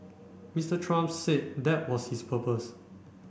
Mister Trump said that was his purpose